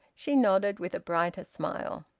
she nodded, with a brighter smile.